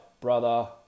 brother